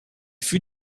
fut